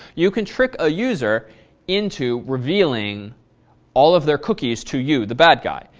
you can trick a user into revealing all of their cookies to you, the bad guy.